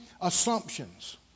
assumptions